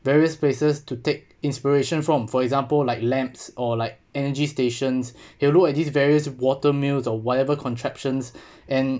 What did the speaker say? various places to take inspiration from for example like lamps or like energy stations you look at these various water meals or whatever contraptions and